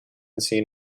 seen